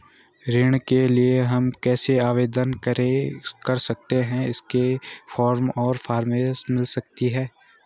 ऋण के लिए हम कैसे आवेदन कर सकते हैं इसके फॉर्म और परामर्श मिल सकती है?